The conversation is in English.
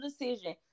decision